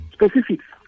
Specifics